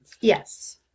Yes